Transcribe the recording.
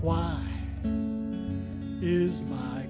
why is my